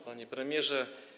Panie Premierze!